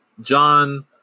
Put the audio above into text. John